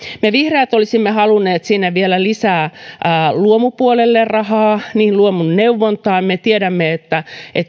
me vihreät olisimme halunneet luomupuolelle vielä lisää rahaa luomun neuvontaan me tiedämme että